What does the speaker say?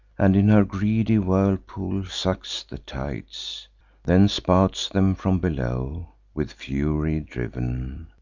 and in her greedy whirlpool sucks the tides then spouts them from below with fury driv'n,